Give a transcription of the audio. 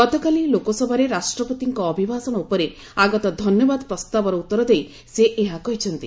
ଗତକାଲି ଲୋକସଭାରେ ରାଷ୍ଟ୍ରପତିଙ୍କ ଅଭିଭାଷଣ ଉପରେ ଆଗତ ଧନ୍ୟବାଦ ପ୍ରସ୍ତାବର ଉତ୍ତର ଦେଇ ସେ ଏହା କହିଛନ୍ତି